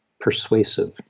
persuasive